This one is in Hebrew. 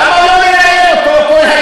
למה לא לראיין אותו כל היום?